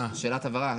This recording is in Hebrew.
זו שאלת הבהרה.